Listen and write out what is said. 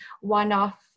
one-off